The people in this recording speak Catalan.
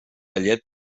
llet